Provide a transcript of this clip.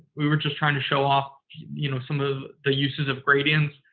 we were just trying to show off you know some of the uses of gradients.